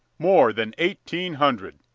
more than eighteen hundred,